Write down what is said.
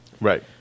Right